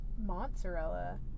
mozzarella